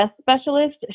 specialist